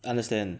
understand